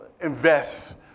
invest